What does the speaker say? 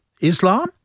Islam